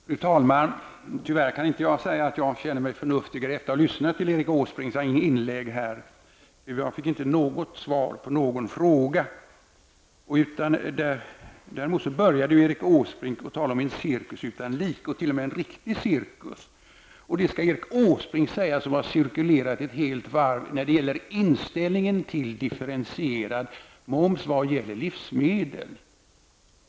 Fru talman! Tyvärr kan jag inte säga att jag känner mig förnuftigare efter att ha lyssnat till Erik Åsbrinks inlägg här. Jag fick inte något svar på någon fråga. Däremot började Erik Åsbrink med att tala om en cirkus utan like och t.o.m. om en riktig cirkus. Och det skall Erik Åsbrink säga som har cirkulerat ett helt varv när det gäller inställningen till differentierad moms i vad gäller livsmedel.